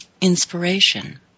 inspiration